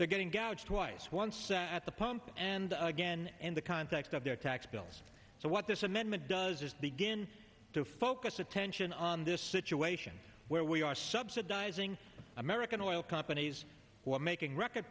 they're getting gouged twice once at the pump and again in the context of their tax bills so what this amendment does is begin to focus attention on this situation where we are subsidizing american oil companies who are making record